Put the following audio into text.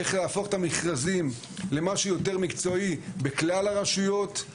איך להפוך את המכרזים למשהו יותר מקצועי בכלל הרשויות,